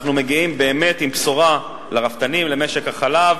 אנחנו מגיעים באמת עם בשורה לרפתנים, למשק החלב.